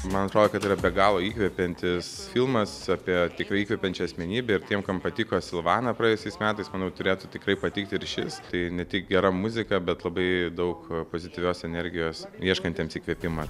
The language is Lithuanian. man atrodo kad tai yra be galo įkvepiantis filmas apie tikrą įkvepiančią asmenybę ir tiem kam patiko silvana praėjusiais metais manau turėtų tikrai patikti ir šis tai ne tik gera muzika bet labai daug pozityvios energijos ieškantiems įkvėpimo